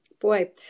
Boy